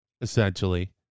essentially